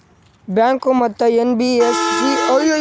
Bank ಮತ್ತ NBFC ನಡುವ ಏನ ಬದಲಿ ಆತವ?